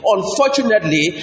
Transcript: Unfortunately